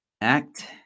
act